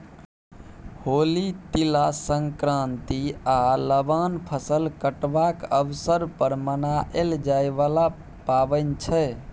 होली, तिला संक्रांति आ लबान फसल कटबाक अबसर पर मनाएल जाइ बला पाबैन छै